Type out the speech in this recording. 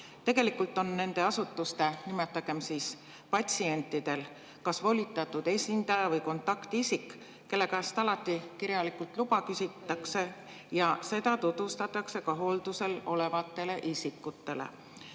Tegelikult on nende asutuste, nimetagem siis, patsientidel kas volitatud esindaja või kontaktisik, kelle käest alati kirjalikult luba küsitakse, ja seda tutvustatakse ka hooldusel olevatele isikutele.